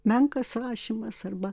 menkas rašymas arba